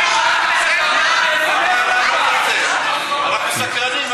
אנחנו סקרנים.